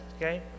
Okay